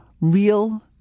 real